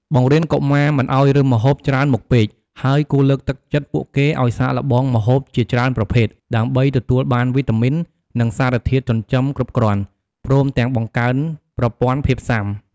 បង្រៀនកុមារមិនឲ្យរើសម្ហូបច្រើនមុខពេក ហើយគួរលើកទឹកចិត្តពួកគេឲ្យសាកល្បងម្ហូបជាច្រើនប្រភេទ ដើម្បីទទួលបានវីតាមីន និងសារធាតុចិញ្ចឹមគ្រប់គ្រាន់ ព្រមទាំងបង្កើនប្រព័ន្ធភាពស៊ាំ។